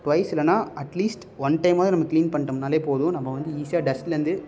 twice இல்லைன்னா at least one டைமாவது நம்ம க்ளீன் பண்ணிட்டோம்னாலே போதும் நம்ம வந்து ஈஸியாக டஸ்ட்டில் இருந்து